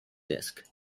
disc